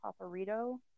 Paparito